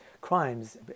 crimes